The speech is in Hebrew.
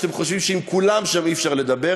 שאתם חושבים שעם כולם שם אי-אפשר לדבר,